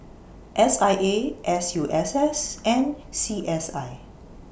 S I A S U S S and C S I